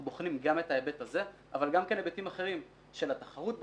אנחנו בוחנים גם את ההיבט הזה אבל גם היבטים אחרים של התחרות בשוק,